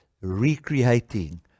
recreating